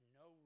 no